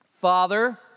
Father